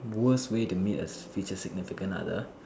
worst way to meet a future significant other